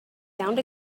found